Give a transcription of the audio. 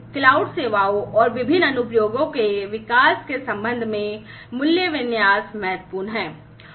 cloud सेवाओं और विभिन्न अनुप्रयोगों के विकास के संबंध में मूल्य विन्यास महत्वपूर्ण है